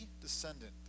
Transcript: descendant